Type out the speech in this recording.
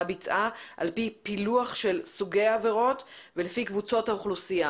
ביצעה על פי פילוח של סוגי העבירות ולפי קבוצות האוכלוסייה,